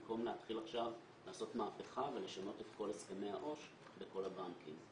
במקום להתחיל עכשיו לעשות מהפכה ולשנות את כל הסכמי העו"ש בכל הבנקים.